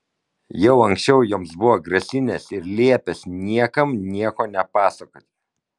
jau anksčiau joms buvo grasinęs ir liepęs niekam nieko nepasakoti